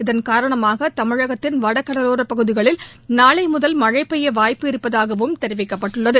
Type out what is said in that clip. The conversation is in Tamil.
இதள் காரணமாக தமிழகத்தின் வட கடலோர பகுதிகளில் நாளைமுதல் மழை பெய்ய வாய்ப்பு இருப்பதாகவும் தெரிவிக்கப்பட்டுள்ளது